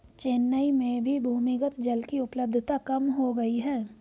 चेन्नई में भी भूमिगत जल की उपलब्धता कम हो गई है